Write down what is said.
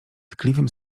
tkliwym